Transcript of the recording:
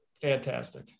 fantastic